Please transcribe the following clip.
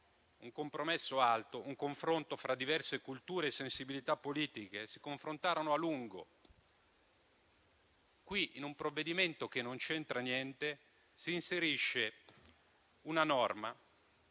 un compromesso alto e un confronto fra diverse culture e sensibilità politiche che si confrontarono a lungo. Qui, in un provvedimento che non c'entra niente si inserisce una norma